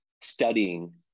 studying